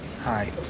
Hi